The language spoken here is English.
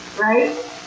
Right